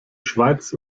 schweiz